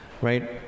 right